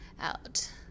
out